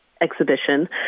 exhibition